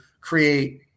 create